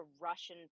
Russian